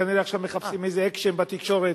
כנראה עכשיו מחפשים איזה אקשן בתקשורת,